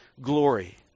glory